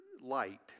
light